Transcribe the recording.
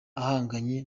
ahanganye